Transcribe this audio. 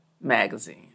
magazine